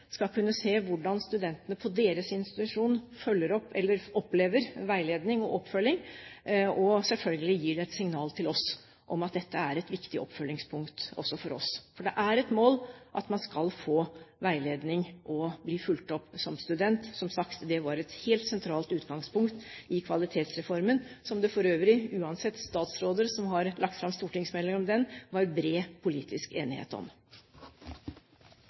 skal kunne se hvordan studentene på deres institusjon opplever veiledning og oppfølging, og at det selvfølgelig gir et signal til oss om at dette er et viktig oppfølgingspunkt også for oss. For det er et mål at man skal få veiledning og bli fulgt opp som student. Det var, som sagt, et helt sentralt utgangspunkt i Kvalitetsreformen, som det for øvrig, uansett statsråder som har lagt fram stortingsmeldinger om den, var bred politisk enighet om.